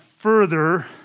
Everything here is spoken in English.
further